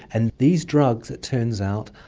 and these drugs, it turns out,